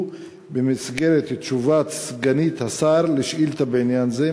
במסגרת תשובת סגנית השר על שאילתה בעניין זה?